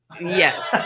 Yes